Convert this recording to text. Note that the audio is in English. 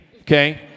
okay